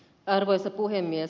arvoisa puhemies